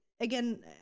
again